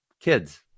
kids